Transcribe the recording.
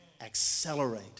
accelerate